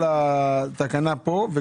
של